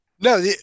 no